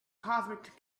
cosmic